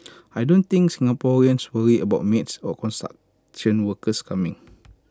I don't think Singaporeans worry about maids or construction workers coming